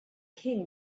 king